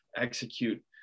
Execute